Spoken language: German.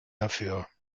dafür